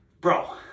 bro